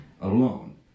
alone